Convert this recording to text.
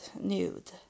nude